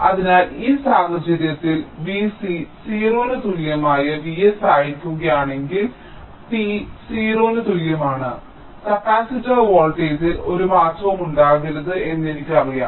അതിനാൽ ഈ സാഹചര്യത്തിൽ V c 0 ന് തുല്യമായ V s ആയിരിക്കുകയാണെങ്കിൽ t 0 ന് തുല്യമാണ് കപ്പാസിറ്റർ വോൾട്ടേജിൽ ഒരു മാറ്റവും ഉണ്ടാകരുത് എന്ന് എനിക്കറിയാം